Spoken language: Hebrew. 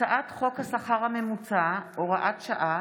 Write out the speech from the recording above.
הצעת חוק השכר הממוצע (הוראת שעה,